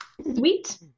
sweet